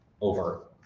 over